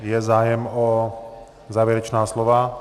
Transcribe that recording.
Je zájem o závěrečná slova?